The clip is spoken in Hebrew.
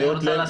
בעיות לב.